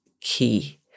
key